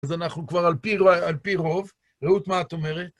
אז אנחנו כבר על פי רוב. רעות, מה את אומרת?